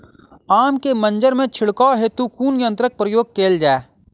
आम केँ मंजर मे छिड़काव हेतु कुन यंत्रक प्रयोग कैल जाय?